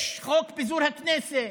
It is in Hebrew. יש חוק פיזור הכנסת